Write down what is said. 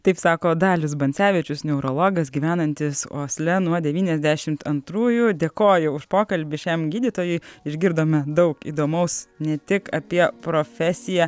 taip sako dalius bancevičius neurologas gyvenantis osle nuo devyniasdešim antrųjų dėkoju už pokalbį šiam gydytojui išgirdome daug įdomaus ne tik apie profesiją